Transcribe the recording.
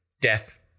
Death